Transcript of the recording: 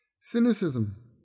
Cynicism